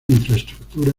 infraestructura